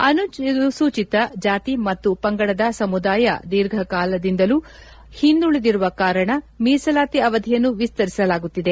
ಅನುಸೂಚಿತ ಜಾತಿ ಮತ್ತು ಪಂಗಡದ ಸಮುದಾಯ ದೀರ್ಘಕಾಲದಿಂದಲೂ ಹಿಂದುಳಿದಿರುವ ಕಾರಣ ಮೀಸಲಾತಿ ಅವಧಿಯನ್ನು ವಿಸ್ತರಿಸಲಾಗುತ್ತಿದೆ